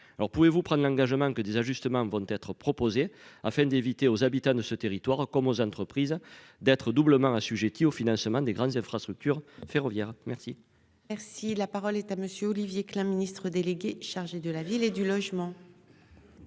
pouvez-vous prendre l'engagement que des ajustements vont être proposées afin d'éviter aux habitants de ce territoire comme aux entreprises d'être doublement assujettis au financement des grandes infrastructures ferroviaires. Merci.